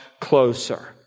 closer